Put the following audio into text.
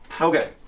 Okay